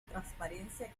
transparencia